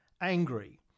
angry